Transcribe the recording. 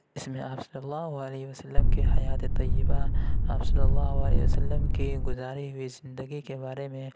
اِس میں آپ صلی اللہ علیہ وسلم کی حیاتِ طیبہ آپ صلی اللہ علیہ وسلم کی گُزاری ہوئی زندگی کے بارے میں